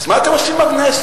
אז מה אתם עושים בכנסת?